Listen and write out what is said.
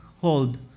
hold